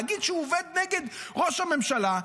להגיד שהוא עובד נגד ראש הממשלה,